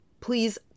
please